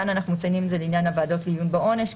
כאן אנחנו מציינים את זה לעניין הוועדות לעיון בעונש,